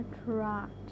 attract